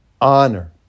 Honor